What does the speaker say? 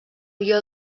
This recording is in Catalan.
guió